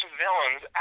villains